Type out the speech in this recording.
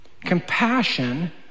Compassion